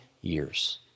years